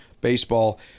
baseball